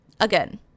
Again